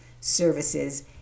services